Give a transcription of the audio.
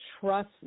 trust